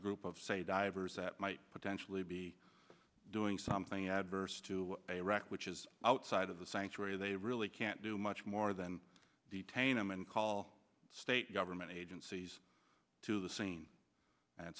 group of say divers that might potentially be doing something adverse to a wreck which is outside of the sanctuary they really can't do much more than detain him and call state government agencies to the scene